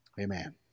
Amen